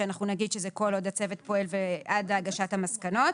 שאנחנו נגיד שזה כל עוד הצוות פועל עד הגשת המסקנות,